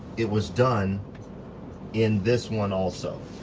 it was done in this one also.